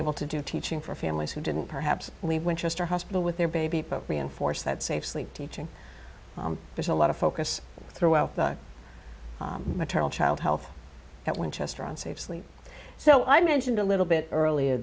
able to do teaching for families who didn't perhaps leave winchester hospital with their baby reinforce that safe sleep teaching there's a lot of focus throughout maternal child health at winchester on safe sleep so i mentioned a little bit earlier